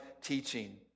teaching